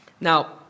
Now